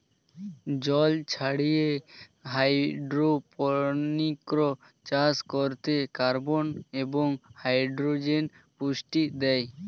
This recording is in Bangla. জল ছাড়িয়ে হাইড্রোপনিক্স চাষ করতে কার্বন এবং হাইড্রোজেন পুষ্টি দেয়